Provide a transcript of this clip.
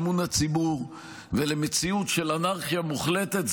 של אמון הציבור ולמציאות של אנרכיה מוחלטת,